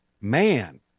Man